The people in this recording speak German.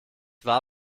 war